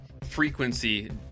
frequency